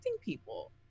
people